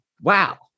Wow